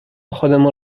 خودمون